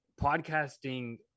Podcasting